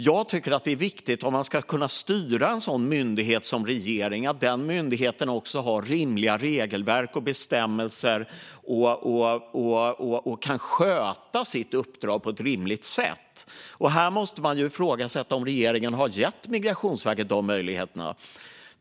Om en regering ska kunna styra en sådan myndighet tycker jag att det är viktigt att myndigheten också har rimliga regelverk och bestämmelser och kan sköta sitt uppdrag på ett rimligt sätt. Här måste man ifrågasätta om regeringen har gett Migrationsverket de möjligheterna.